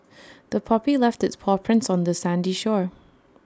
the puppy left its paw prints on the sandy shore